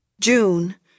June